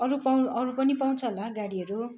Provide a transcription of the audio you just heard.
अरू पाउनु अरू पनि पाउँछ होला गाडीहरू